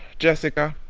jessica,